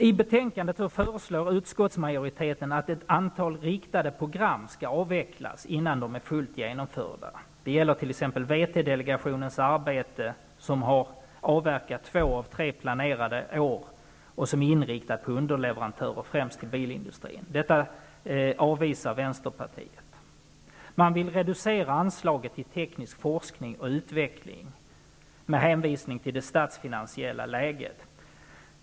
I betänkandet föreslår utskottsmajoriteten att ett antal riktade program skall avvecklas innan de är fullt genomförda. Det gäller t.ex. VT delegationens arbete, där man har avverkat två av tre planerade år och varit inriktad på underleverantörer, främst till bilindustrin. Detta avvisar Vänsterpartiet. Man vill reducera anslaget till teknisk forskning och utveckling med hänvisning till det statsfinansiella läget.